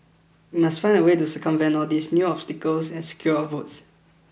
we must find a way to circumvent all these new obstacles and secure our votes